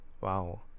Wow